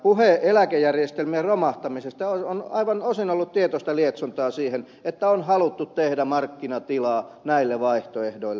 puhe eläkejärjestelmien romahtamisesta on osin ollut aivan tietoista lietsontaa kun on haluttu tehdä markkinatilaa näille vaihtoehdoille